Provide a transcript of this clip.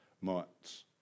months